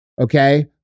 okay